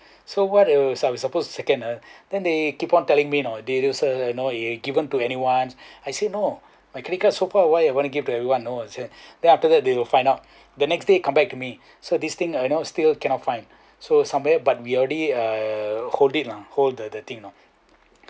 so what uh su~ supposed the second ah then they keep on telling me you know did you uh you know given to anyone I say no my credit card so far why I want to give to everyone no I said then after that they will find out the next day come back to me sir this thing you know still cannot find so somewhere but we already uh hold it lah hold the the thing you know